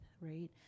right